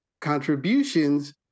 contributions